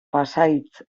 pasahitz